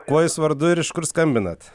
kuo jis vardu ir iš kur skambinat